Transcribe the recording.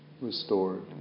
restored